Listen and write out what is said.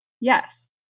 Yes